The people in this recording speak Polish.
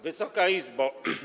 Wysoka Izbo!